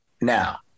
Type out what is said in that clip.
Now